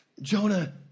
Jonah